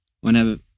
whenever